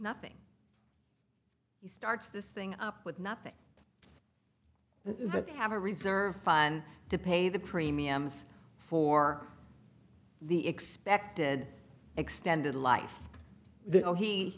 ing he starts this thing up with nothing they have a reserve fund to pay the premiums for the expected extended life the he